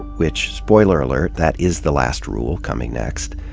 which spoiler alert, that is the last rule, coming next.